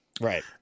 Right